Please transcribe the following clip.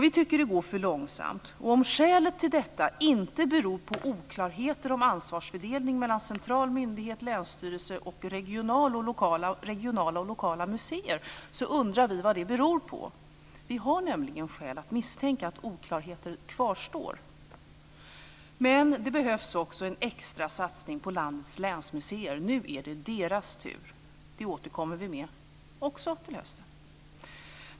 Vi tycker att det går för långsamt. Om skälet till detta inte beror på oklarheter om ansvarsfördelning mellan central myndighet, länsstyrelse och regionala och lokala museer, undrar vi vad det beror på. Vi har nämligen skäl att misstänka att oklarheter kvarstår. Men det behövs också en extrasatsning på landets länsmuseer. Nu är det deras tur. Det återkommer vi med, också det till hösten.